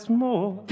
more